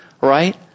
right